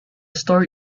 story